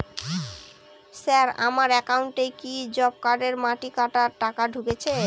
Sir আমার একাউন্টে কি জব কার্ডের মাটি কাটার টাকা ঢুকেছে?